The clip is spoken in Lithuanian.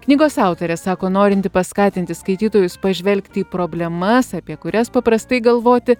knygos autorė sako norinti paskatinti skaitytojus pažvelgti į problemas apie kurias paprastai galvoti